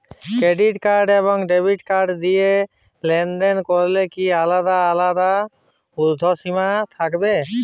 Credit card এবং debit card দিয়ে লেনদেন করলে কি আলাদা আলাদা ঊর্ধ্বসীমা থাকবে?